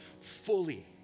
fully